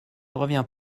reviens